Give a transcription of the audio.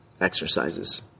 exercises